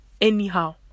anyhow